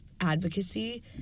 advocacy